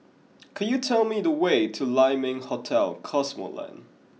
could you tell me the way to Lai Ming Hotel Cosmoland